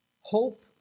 Hope